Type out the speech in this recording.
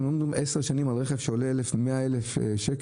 אנחנו אומרים גם עשר שנים על רכב שעולה 100,000 שקל,